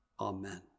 Amen